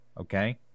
Okay